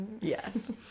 Yes